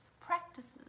practices